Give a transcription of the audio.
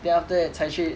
then after that 才去